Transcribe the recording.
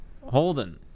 Holden